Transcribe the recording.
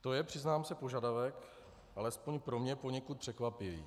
To je, přiznám se požadavek alespoň pro mě poněkud překvapivý.